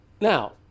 Now